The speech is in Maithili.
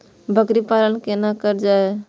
बकरी पालन केना कर जाय?